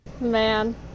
Man